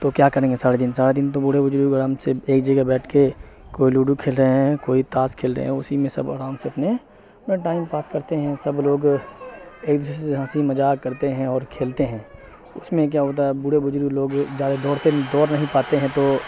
تو کیا کریں گے ساڑے دن ساڑا دن تو بوڑے بجرگ آرام سے ایک جگہ بیٹھ کے کوئی لوڈو کھیل رہے ہیں کوئی تاس کھیل رہے ہیں اسی میں سب آرام سے اپنے بس ٹائم پاس کرتے ہیں سب لوگ ایک دوسرے سے ہنسی مجاق کرتے ہیں اور کھیلتے ہیں اس میں کیا ہوتا ہے بوڑے بجرگ لوگ جادہ دوڑتے دور نہیں پاتے ہیں تو